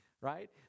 right